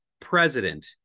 president